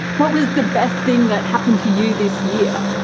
what was the best thing that happened to you this year?